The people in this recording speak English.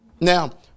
Now